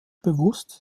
bewusst